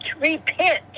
Repent